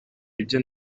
ibyo